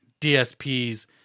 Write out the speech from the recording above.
DSPs